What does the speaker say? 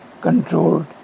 controlled